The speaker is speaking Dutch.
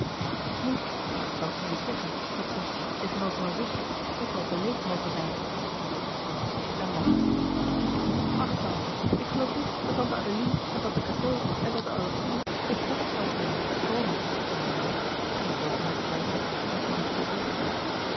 nu maar ik zal ze eens zeggen dat ze tegenover een zuster ook wel beleefd mogen zijn meende constance en lachte ach tante ik geloof niet dat tante adeline en tante cateau en tante adolfine het prettig zouden vinden te komen zei marianne geen oogenblik twijfelend aan constance's